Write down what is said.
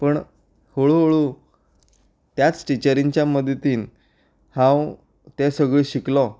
पण हळू हळू त्याच टिचरींच्या मदतीन हांव तें सगळें शिकलो